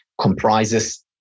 comprises